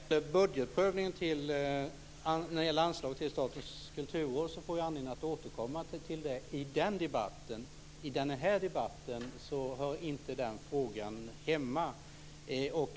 Herr talman! Vi får anledning att återkomma till budgetprövningen när det gäller anslaget till Statens kulturråd i den debatten. I den här debatten hör inte den frågan hemma.